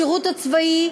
השירות הצבאי,